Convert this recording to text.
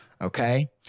Okay